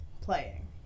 Playing